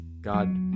God